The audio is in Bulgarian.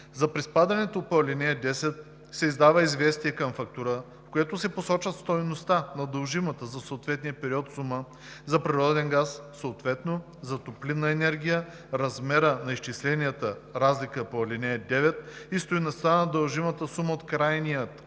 За приспадането по ал. 10 се издава известие към фактура, в което се посочват стойността на дължимата за съответния период сума за природен газ, съответно за топлинна енергия, размера на изчислената разлика по ал. 9 и стойността на дължимата сума от крайния клиент